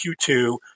Q2